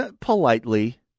politely